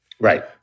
Right